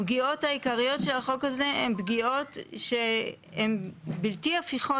הפגיעות העיקריות של החוק הזה הן פגיעות שהן בלתי הפיכות,